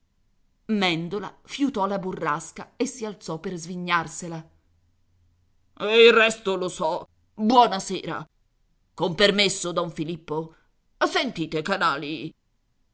mèndola fiutò la burrasca e si alzò per svignarsela il resto lo so buona sera con permesso don filippo sentite canali